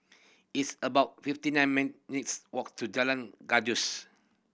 it's about fifty nine minutes walk to Jalan Gajus